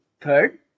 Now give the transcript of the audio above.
third